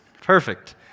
Perfect